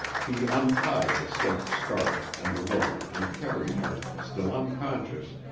he untied the silk scarf and the rope and carried her, still unconscious,